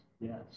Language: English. Yes